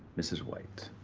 mrs. white.